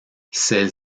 celle